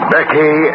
Becky